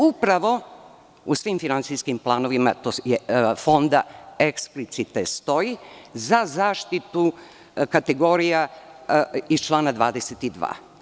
Upravo u svim finansijskim planovima Fonda to eksplicite stoji, za zaštitu kategorija iz člana 22.